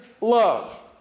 love